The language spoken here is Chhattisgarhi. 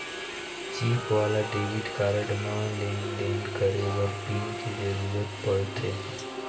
चिप वाला डेबिट कारड म लेन देन करे बर पिन के जरूरत परथे